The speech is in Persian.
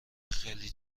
خیلی